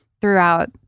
throughout